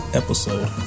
episode